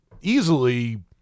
easily